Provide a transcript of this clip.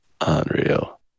Unreal